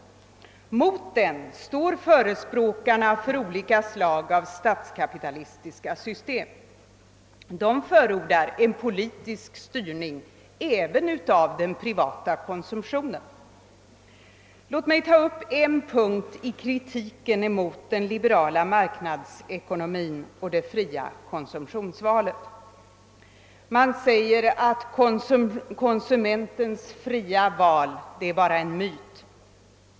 Mot den står förespråkarna för olika slag av statskapi talistiska system. De fordrar en politisk styrning även av den privata konsumtionen. Låt mig ta upp en punkt i kritiken mot den liberala marknadens ekonomi och det fria konsumtionsvalet. Man säger att konsumentens fria val bara är en myt.